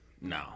No